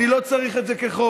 אני לא צריך את זה כחוק.